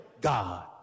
God